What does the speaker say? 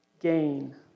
gain